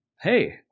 hey